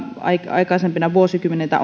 aikaisempina vuosikymmeninä